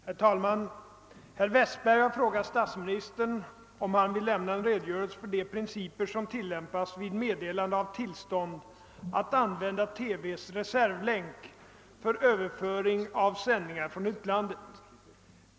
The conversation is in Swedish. Herr talman! Herr Westberg i Ljusdal har frågat statsministern, om han vill lämna en redogörelse för de principer som tillämpas vid meddelande av tillstånd att använda TV:s reservlänk för överföring av sändningar från utlandet.